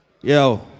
Yo